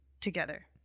together